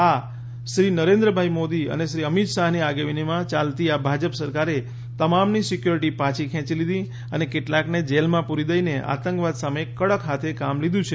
આ શ્રી નરેન્દ્ર મોદી અને શ્રી અમિત શાહની આગેવાનીમાં ચાલતી આ ભાજપ સરકારે તમામની સિક્યુરીટી પાછી ખેંચી લીધી અને કેટલાંકને જેલમાં પૂરી દઈને આતંકવાદ સામે કડક હાથે કામ લીધું છે